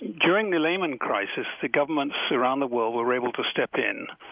during the lehman crisis, the governments around the world were able to step in.